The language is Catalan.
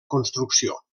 construcció